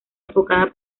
enfocada